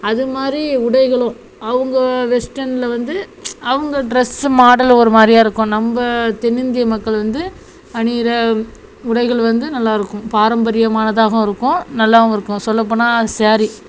அதுமாதிரி உடைகளும் அவங்க வெஸ்டர்னில் வந்து அவங்க ட்ரெஸ்ஸு மாடல் ஒரு மாதிரியா இருக்கும் நம்ம தென்னிந்திய மக்கள் வந்து அணிகிற உடைகள் வந்து நல்லா இருக்கும் பாரம்பரியமானதாகவும் இருக்கும் நல்லாவும் இருக்கும் சொல்லப்போனல் ஸேரீ